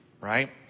right